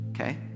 okay